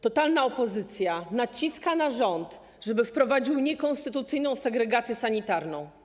Totalna opozycja naciska na rząd, żeby wprowadził niekonstytucyjną segregację sanitarną.